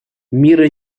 мира